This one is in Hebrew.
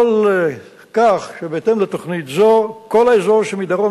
כך שבהתאם לתוכנית זו כל האזור שמדרום